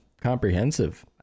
comprehensive